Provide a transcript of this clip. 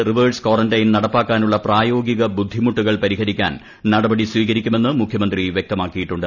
reverse quarantine നടപ്പാക്കാനുള്ള തീരപ്രദേശത്ത് ബുദ്ധിമുട്ടുകൾ പരിഹരിക്കാൻ പ്രായോഗിക നടപടി സ്വീകരിക്കുമെന്ന് മുഖ്യമന്ത്രി വൃക്തമാക്കിയിട്ടുണ്ട്